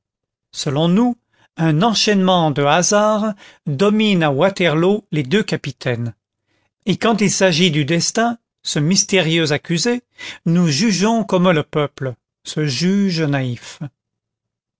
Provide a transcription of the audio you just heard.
selon nous un enchaînement de hasards domine à waterloo les deux capitaines et quand il s'agit du destin ce mystérieux accusé nous jugeons comme le peuple ce juge naïf